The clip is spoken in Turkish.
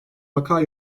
vaka